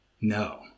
No